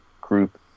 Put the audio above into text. group